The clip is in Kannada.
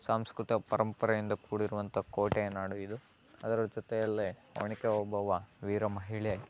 ಸಾಂಸ್ಕೃತಿಕ ಪರಂಪರೆಯಿಂದ ಕೂಡಿರುವಂಥಾ ಕೋಟೆಯ ನಾಡು ಇದು ಅದರ ಜೊತೆಯಲ್ಲೇ ಒನಕೆ ಓಬವ್ವ ವೀರ ಮಹಿಳೆ